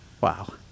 Wow